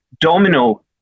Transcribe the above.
domino